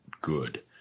good